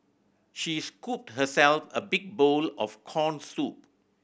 she scooped herself a big bowl of corn soup